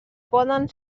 poden